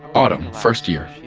autumn, first year.